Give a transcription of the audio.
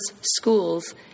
schools